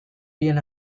bien